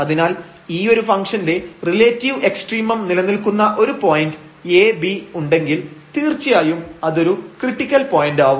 അതിനാൽ ഈ ഒരു ഫംഗ്ഷന്റെ റിലേറ്റീവ് എക്സ്ട്രീമം നിലനിൽക്കുന്ന ഒരു പോയന്റ് ab ഉണ്ടെങ്കിൽ തീർച്ചയായും അതൊരു ക്രിട്ടിക്കൽ പോയന്റാവും